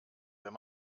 wenn